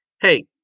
Hey